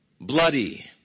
bloody